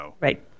Right